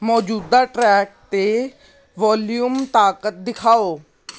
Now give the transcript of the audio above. ਮੌਜੂਦਾ ਟਰੈਕ 'ਤੇ ਵੌਲਯੂਮ ਤਾਕਤ ਦਿਖਾਓ